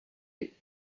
you